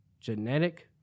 genetic